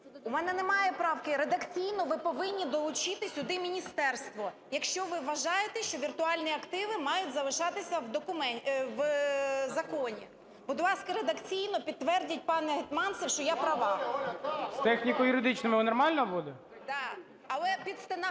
У мене немає правки. Редакційно ви повинні долучити сюди міністерство, якщо ви вважаєте, що віртуальні активи мають залишатися в законі. Будь ласка, редакційно підтвердіть, пане Гетманцев, що я права. ГОЛОВУЮЧИЙ. З техніко-юридичними нормально буде? БЄЛЬКОВА О.В. Да.